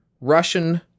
Russian